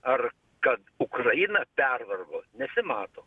ar kad ukraina pervargo nesimato